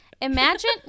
Imagine